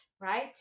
right